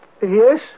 Yes